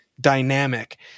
dynamic